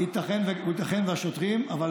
ייתכן שהשוטרים, אבל